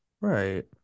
Right